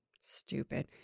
Stupid